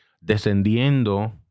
descendiendo